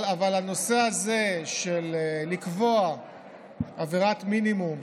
אבל בנושא הזה של קביעת עונש מינימום,